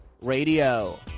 Radio